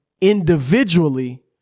individually